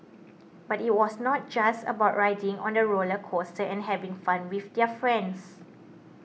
but it was not just about riding on the roller coasters and having fun with their friends